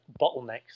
bottlenecks